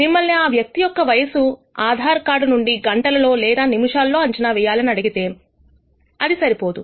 మిమ్మల్ని ఆ వ్యక్తి యొక్క వయస్సు ఆధార్ కార్డు నుండి గంటలలో లేదా నిముషములో అంచనా వేయాలి అని అడిగితే అది సరిపోదు